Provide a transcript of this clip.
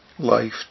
life